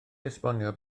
esbonio